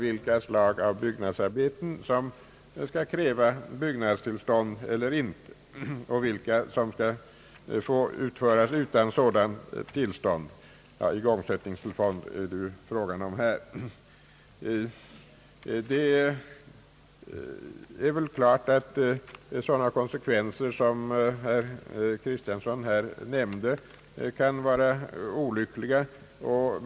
Det gäller alltså, för vilka slag av byggnadsarbeten det skall krävas igångsättningstillstånd. Det är väl klart, att sådana konsekvenser, som herr Kristiansson här nämnde, kan vara olyckliga.